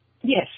Yes